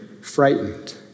frightened